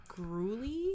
gruely